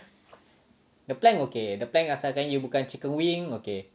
the plank okay the plank asalkan you bukan chicken wing okay